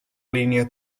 línia